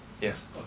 yes